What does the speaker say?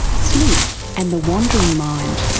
sleep and the wandering mind.